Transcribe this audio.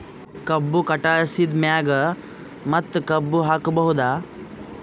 ಕಬ್ಬು ಕಟಾಸಿದ್ ಮ್ಯಾಗ ಮತ್ತ ಕಬ್ಬು ಹಾಕಬಹುದಾ?